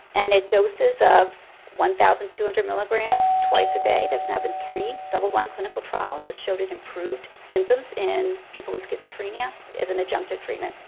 and in doses of one thousand two hundred milligrams twice a day, there has now been three double-blind clinical trials that showed it improved symptoms in people with schizophrenia as an adjunctive treatment.